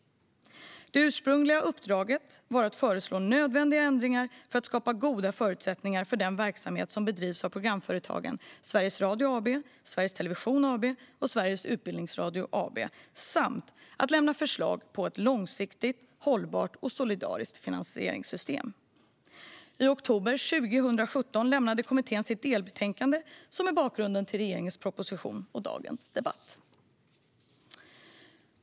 Det ursprungliga uppdraget var att föreslå nödvändiga förändringar för att skapa goda förutsättningar för den verksamhet som bedrivs av programföretagen Sveriges Radio AB, Sveriges Television AB och Sveriges Utbildningsradio AB samt att lämna förslag på ett långsiktigt, hållbart och solidariskt finansieringssystem. I oktober 2017 lämnade kommittén sitt delbetänkande som är bakgrunden till regeringens proposition och dagens debatt.